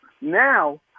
Now